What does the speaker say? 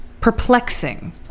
perplexing